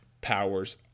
Powers